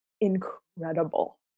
incredible